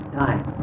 time